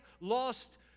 lost